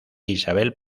isabel